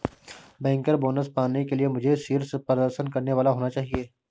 banker bonus पाने के लिए मुझे शीर्ष प्रदर्शन करने वाला होना चाहिए